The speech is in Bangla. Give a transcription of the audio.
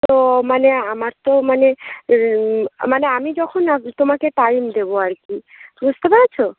তো মানে আমার তো মানে মানে আমি যখন তোমাকে টাইম দেবো আর কি বুঝতে পেরেছো